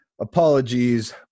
Apologies